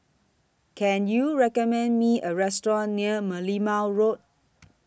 Can YOU recommend Me A Restaurant near Merlimau Road